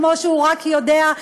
כמו שרק הוא יודע,